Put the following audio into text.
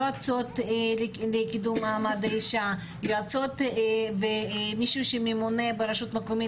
יועצות לקידום מעמד האשה ומישהו שממונה ברשות המקומית